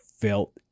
felt